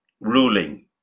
ruling